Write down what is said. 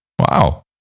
Wow